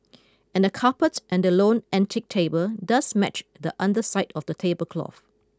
and the carpet and the lone antique table does match the underside of the tablecloth